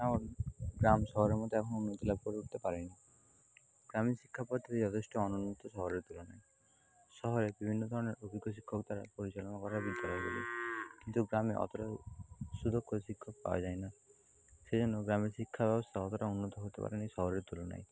আমার গ্রাম শহরের মতো এখনও উন্নতি লাভ করে উঠতে পারেনি গ্রামের শিক্ষা পদ্ধতি যথেষ্ট অনুন্নত শহরের তুলনায় শহরে বিভিন্ন ধরনের অভিজ্ঞ শিক্ষক দ্বারা পরিচালনা করার কিন্তু গ্রামে অতটাও সুদক্ষ শিক্ষক পাওয়া যায় না সেই জন্য গ্রামের শিক্ষা ব্যবস্থা অতটা উন্নত হতে পারেনি শহরের তুলনায়